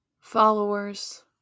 followers